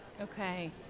Okay